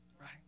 Right